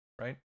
right